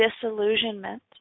disillusionment